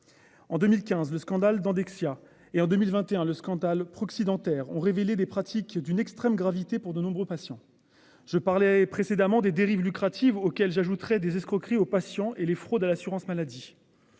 En 2015, le scandale dans Dexia et en 2021, le scandale proxy dentaires ont révélé les pratiques d'une extrême gravité pour de nombreux patients. Je parlais précédemment des dérives lucrative auxquelles j'ajouterai des escroqueries aux patients et les fraudes à l'assurance maladie.